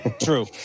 True